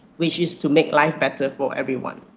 which is to make life better for everyone